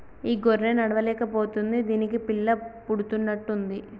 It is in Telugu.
ఈ గొర్రె నడవలేక పోతుంది దీనికి పిల్ల పుడుతున్నట్టు ఉంది